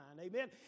Amen